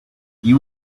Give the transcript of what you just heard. you